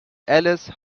alice